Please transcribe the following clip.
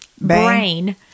brain